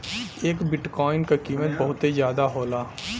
एक बिट्काइन क कीमत बहुते जादा होला